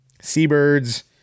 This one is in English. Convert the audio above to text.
seabirds